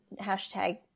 hashtag